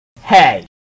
hey